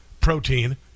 protein